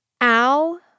Al